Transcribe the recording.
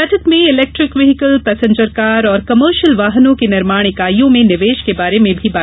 बैठक में electric vehicle passenger car एवं कमर्शियल वाहनों की निर्माण इकाईयों में निवेश के बारे में भी बातचीत की गई